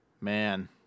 Man